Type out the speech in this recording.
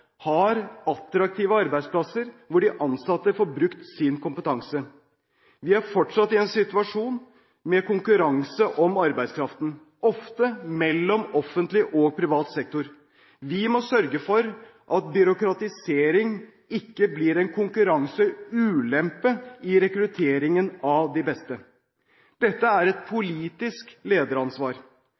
har attraktive arbeidsplasser, hvor de ansatte får brukt sin kompetanse. Vi er fortsatt i en situasjon med konkurranse om arbeidskraften – ofte mellom offentlig og privat sektor. Vi må sørge for at byråkratisering ikke blir en konkurranseulempe i rekrutteringen av de beste. Dette er et politisk lederansvar.